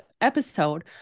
episode